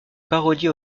parodie